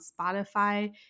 Spotify